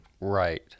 Right